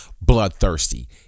bloodthirsty